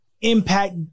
Impact